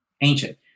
ancient